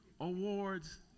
awards